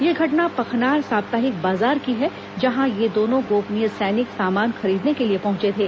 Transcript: ये घटना पखनार सप्ताहिक बाजार की है जहां ये दोनों गोपनीय सैनिक सामान खरीदने के लिए पहुंचे थे